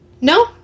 No